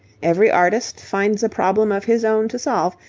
every artist finds a problem of his own to solve,